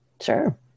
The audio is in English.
Sure